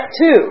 two